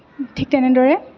ঠিক তেনেদৰে